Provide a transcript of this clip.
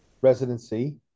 residency